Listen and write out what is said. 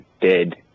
dead